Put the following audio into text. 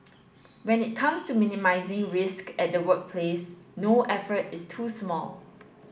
when it comes to minimising risk at the workplace no effort is too small